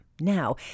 Now